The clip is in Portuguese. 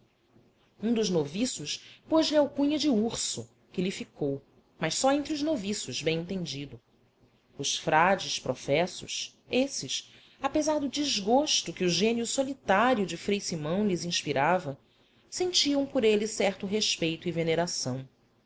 um dos noviços pôslhe alcunha de urso que lhe ficou mas só entre os noviços bem entendido os frades professos esses apesar do desgosto que o gênio solitário de frei simão lhes inspirava sentiam por ele certo respeito e veneração